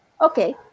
Okay